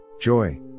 Joy